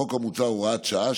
החוק המוצע הוא הוראת שעה,